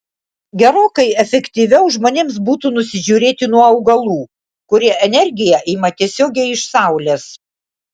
gerokai efektyviau žmonėms būtų nusižiūrėti nuo augalų kurie energiją ima tiesiogiai iš saulės